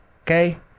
okay